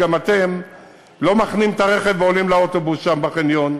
גם אתם לא מחנים את הרכב ועולים לאוטובוס שם בחניון.